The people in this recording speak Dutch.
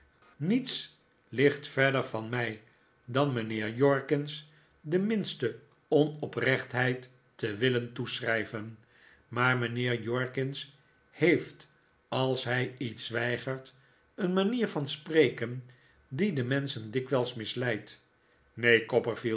niets ligt verder van mij dan mijnheer jorkins de minste david copperfield onoprechtheid te willen toeschrijven maar mijnheer jorkins heeft als hij iets weigert een manier van spreken die de menschen dikwijls misleidt neen